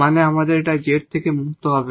মানে যদি আমাদের এটা Z থেকে মুক্ত হবে